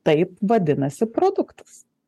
taip vadinasi produktas